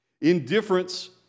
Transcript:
Indifference